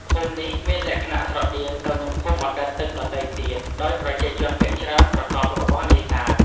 ភូមិនេះមានលក្ខណៈស្រដៀងទៅនឹងភូមិបណ្ដែតទឹកដទៃទៀត ដោយប្រជាជនភាគច្រើនប្រកបរបរនេសាទ។